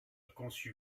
conçu